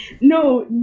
No